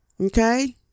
okay